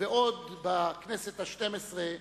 ועוד בכנסת השתים-עשרה